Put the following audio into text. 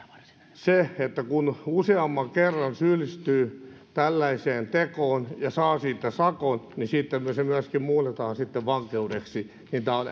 se että kun useamman kerran syyllistyy tällaiseen tekoon ja saa sitä sakot niin sitten se myöskin muunnetaan vankeudeksi tämä on